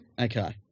Okay